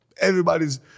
everybody's